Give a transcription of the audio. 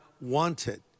wanted